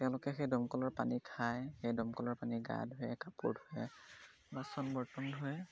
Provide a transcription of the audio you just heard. তেওঁলোকে সেই দমকলৰ পানী খায় সেই দমকলৰ পানী গা ধুৱে কাপোৰ ধুৱে বাচন বৰ্তন ধুৱে